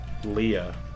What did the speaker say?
Leah